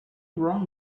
wrong